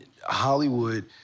Hollywood